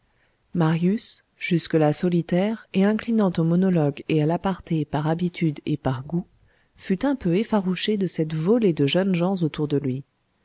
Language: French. marius jusque-là solitaire et inclinant au monologue et à l'aparté par habitude et par goût fut un peu effarouché de cette volée de jeunes gens autour de lui